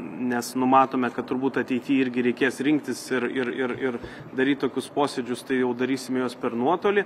nes numatome kad turbūt ateity irgi reikės rinktis ir ir ir ir daryt tokius posėdžius tai jau darysim juos per nuotolį